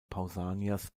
pausanias